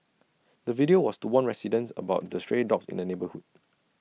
the video was to warn residents about the stray dogs in the neighbourhood